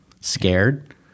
Scared